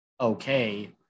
okay